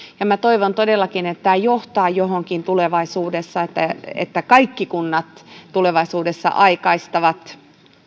minä toivon todellakin että tämä johtaa johonkin tulevaisuudessa että että kaikki kunnat tulevaisuudessa aikaistavat